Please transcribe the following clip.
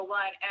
one